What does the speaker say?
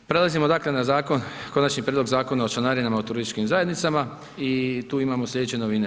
Prelazimo dakle na zakon, Konačni prijedlog Zakona o članarinama u turističkim zajednicama i tu imamo sljedeće novine.